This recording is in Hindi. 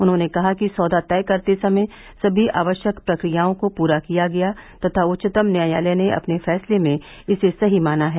उन्होंने कहा कि सौदा तय करते समय सभी आवश्यक प्रक्रियाओं को पूरा किया गया तथा उच्चतम न्यायालय ने अपने फैसले में इसे सही माना है